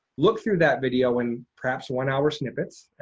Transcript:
look through that video in perhaps one-hour snippets,